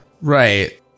Right